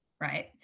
right